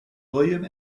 william